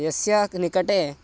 यस्य निकटे